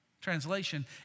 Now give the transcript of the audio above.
Translation